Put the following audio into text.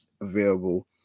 available